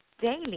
daily